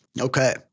Okay